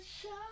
show